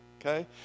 okay